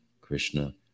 Krishna